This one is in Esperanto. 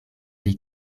pli